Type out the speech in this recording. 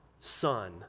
son